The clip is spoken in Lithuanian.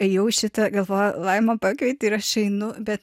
ėjau šita galvoju laima pakvietė ir aš einu bet